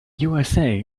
usa